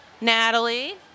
Natalie